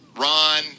Ron